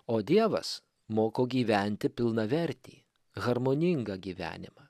o dievas moko gyventi pilnavertį harmoningą gyvenimą